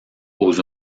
aux